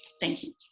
thank you.